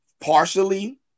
partially